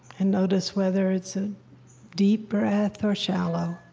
and notice whether it's a deep breath or shallow.